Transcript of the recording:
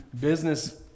business –